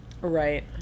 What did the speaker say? Right